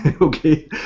Okay